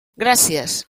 gràcies